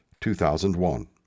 2001